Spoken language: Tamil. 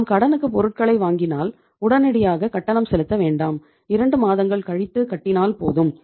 நாம் கடனுக்கு பொருட்களை வாங்கினால் உடனடியாக கட்டணம் செலுத்த வேண்டாம் இரண்டு மாதங்கள் கழித்து கட்டினால் போதும்